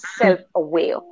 self-aware